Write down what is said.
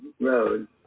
road